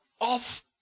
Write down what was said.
off